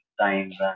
times